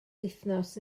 wythnos